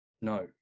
No